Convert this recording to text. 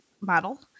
model